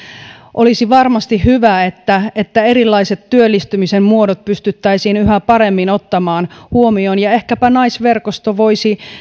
olisi varmasti hyvä että että erilaiset työllistymisen muodot pystyttäisiin yhä paremmin ottamaan huomioon ja ehkäpä naisverkosto voisi